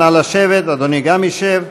נא לשבת, גם אדוני ישב.